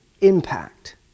impact